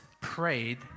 prayed